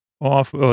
off